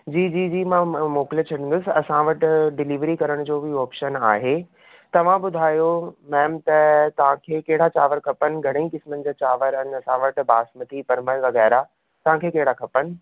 जी जी मां मोकिले छॾंदुसि असां वटि डिलिवरी करण जो बि ऑप्शन आहे तव्हां ॿुधायो मैम त तव्हांखे कहिड़ा चांवर खपनि घणेई क़िस्मनि जा चांवर आहिनि असां वटि बासमती परमल वग़ैरह तव्हांखे कहिड़ा खपनि